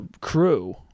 crew